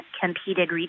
competed